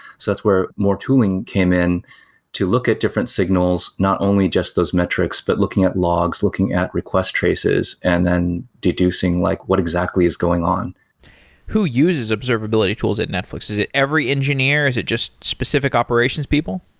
so that's where more tooling came in to look at different signals, not only just those metrics, but looking at logs, looking at request traces and then deducing like what exactly is going on who uses observability tools at netflix? is it every engineer? is it just specific operations people?